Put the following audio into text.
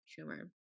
Schumer